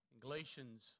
Galatians